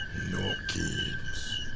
no kids!